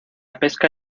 pesca